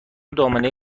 دامنه